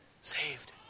Saved